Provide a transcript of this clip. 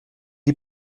die